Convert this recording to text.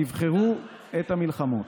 תבחרו את המלחמות,